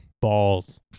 Balls